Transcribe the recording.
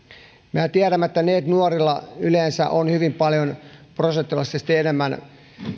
mehän tiedämme että neet nuorilla on prosentuaalisesti hyvin paljon enemmän